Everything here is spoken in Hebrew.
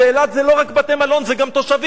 ואילת זה לא רק בתי-מלון, זה גם תושבים.